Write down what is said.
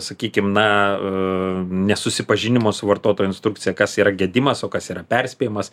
sakykim na nesusipažinimo su vartotojo instrukcija kas yra gedimas o kas yra perspėjimas